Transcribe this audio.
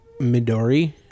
Midori